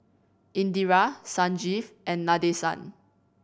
Indira Sanjeev and Nadesan